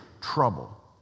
trouble